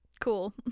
Cool